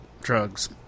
drugs